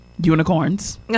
unicorns